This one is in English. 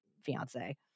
fiance